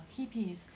hippies